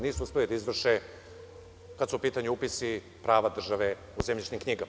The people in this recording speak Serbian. Nisu uspeli da izvrše kada su u pitanju upisi prava države u zemljišnim knjigama.